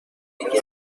ترکیه